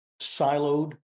siloed